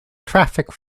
traffic